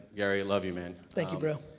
gary, i love you, man. thank you, bro.